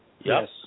Yes